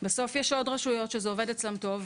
בסוף יש עוד רשויות שזה עובד אצלן טוב,